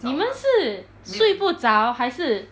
你们是睡不着还是